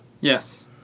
yes